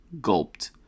gulped